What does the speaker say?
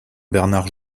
bernard